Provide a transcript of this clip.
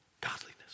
Godliness